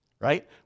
right